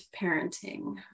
parenting